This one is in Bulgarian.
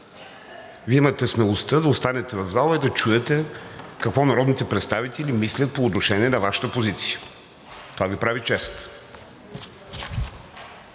Вие имате смелостта да останете в залата и да чуете какво народните представители мислят по отношение на Вашата позиция. Това Ви прави чест.